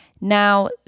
Now